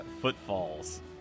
footfalls